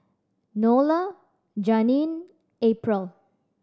Enola Janeen April